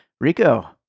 Rico